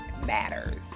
matters